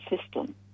system